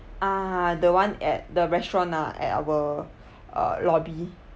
ah the one at the restaurant ah at our uh lobby